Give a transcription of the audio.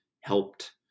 helped